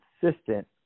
consistent